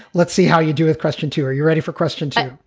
let's see how you do with question two. are you ready for question two?